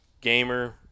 Gamer